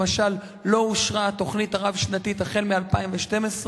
למשל, לא אושרה התוכנית הרב-שנתית החל מ-2012.